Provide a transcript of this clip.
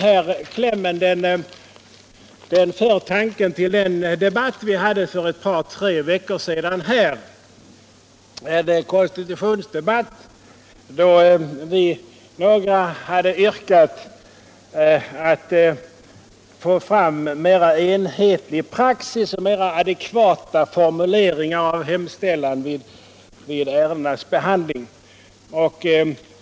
Denna kläm för tanken till den konstitutionella debatt som vi förde i kammaren för ett par tre veckor sedan, då jag tillsammans med några andra ledamöter hade yrkat på en mera enhetlig praxis och mera adekvata formuleringar av hemställan vid ärendenas behandling.